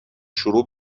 شروع